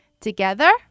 Together